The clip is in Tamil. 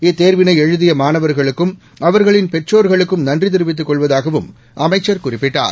இத்தேர்வினை எழுதிய மாணவர்களுக்கும் அவர்களின் பெற்றோர்களுக்கும் நன்றி தெரிவித்துக் கொள்வதாகவும் அமைச்சர் குறிப்பிட்டார்